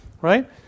right